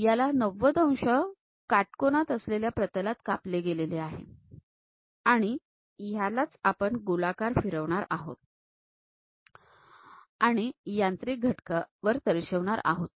याला 90 अंश काटकोनात असलेल्या प्रतलात कापले गेले आहे आणि यालाच आपण गोलाकार फिरवणार आहोत आणि यांत्रिक घटकावर दर्शविणार आहोत